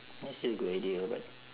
that's a good idea but